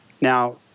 Now